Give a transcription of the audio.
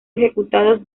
ejecutados